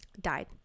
died